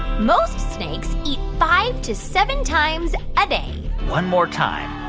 most snakes eat five to seven times a day? one more time.